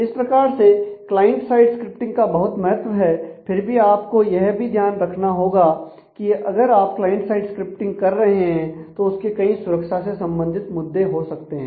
इस प्रकार से क्लाइंट साइड स्क्रिप्टिंग का बहुत महत्व है फिर भी आपको यह भी याद रखना होगा कि अगर आप क्लाइंट साइड स्क्रिप्टिंग कर रहे हैं तो उसके कई सुरक्षा से संबंधित मुद्दे हो सकते हैं